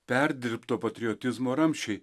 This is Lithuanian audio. perdirbto patriotizmo ramsčiai